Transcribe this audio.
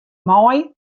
mei